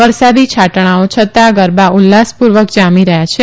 વરસાદી છાંટણાઓ છતાં ગરબા ઉલ્લાસપુર્વક જામી રહયાં છે